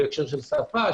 בהקשר של שפה,